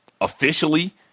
officially